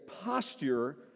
posture